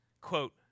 quote